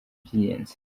by’ingenzi